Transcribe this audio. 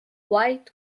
white